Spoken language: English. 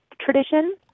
tradition